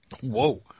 Whoa